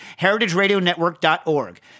heritageradionetwork.org